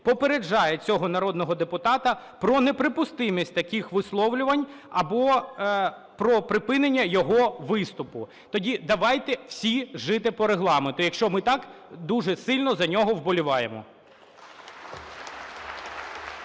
попереджає цього народного депутата про неприпустимість таких висловлювань або про припинення його виступу тоді давайте всі жити по Регламенту, якщо ми так дуже сильно за нього вболіваємо.